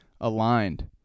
aligned